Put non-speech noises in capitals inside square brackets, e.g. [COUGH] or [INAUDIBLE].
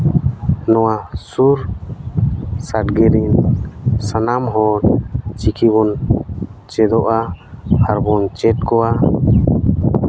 ᱥᱩᱨ [UNINTELLIGIBLE] ᱨᱮᱱ ᱥᱟᱱᱟᱢ ᱦᱚᱲ ᱪᱤᱠᱤ ᱵᱚᱱ ᱪᱮᱫᱚᱜᱼᱟ ᱟᱨ ᱵᱚᱱ ᱪᱮᱫ ᱠᱚᱣᱟ